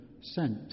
sent